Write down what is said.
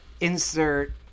insert –